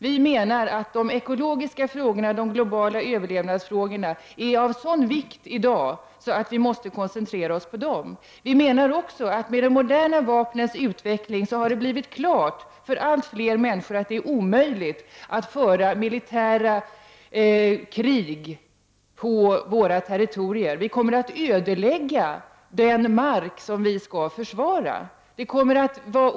Vi menar att de ekologiska frågorna, de globala överlevnadsfrågorna, i dag är av sådan vikt att vi måste koncentrera oss på dem. Vi menar också att det står klart för allt fler människor att det, med de moderna vapnens utveckling, är omöjligt att föra militära krig på Sveriges territorier. Den mark som vi skall försvara kommer att ödeläggas.